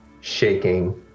shaking